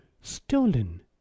Stolen